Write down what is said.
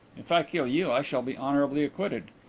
if i kill you i shall be honourably acquitted.